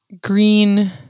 green